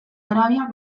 arabiak